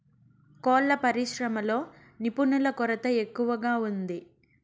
కోళ్ళ పరిశ్రమలో నిపుణుల కొరత ఎక్కువగా ఉంది